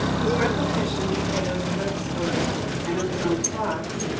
this repetition of elizabeth's words, and of his own thoughts,